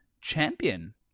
champion